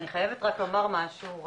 אני חייבת רק לומר משהו.